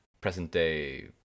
present-day